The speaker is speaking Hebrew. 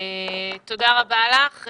תודה רבה לך.